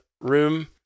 room